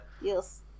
Yes